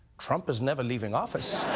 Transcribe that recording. trump is never leaving office.